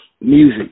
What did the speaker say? music